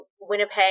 Winnipeg